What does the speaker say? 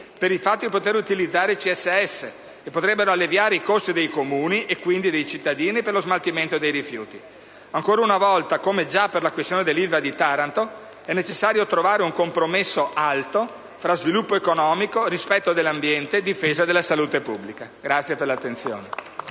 per il fatto di poter utilizzare i CSS, potrebbe alleviare i costi dei Comuni (e quindi dei cittadini) per lo smaltimento dei rifiuti. Ancora una volta, come già per la questione dell'Ilva di Taranto, è necessario trovare un compromesso alto fra sviluppo economico, rispetto dell'ambiente e difesa della salute pubblica. *(Applausi